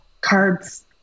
cards